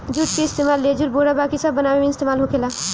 जुट के इस्तेमाल लेजुर, बोरा बाकी सब बनावे मे इस्तेमाल होखेला